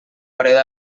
període